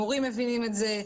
המורים מבינים את זה,